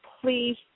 please